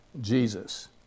Jesus